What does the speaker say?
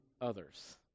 others